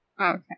Okay